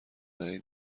برای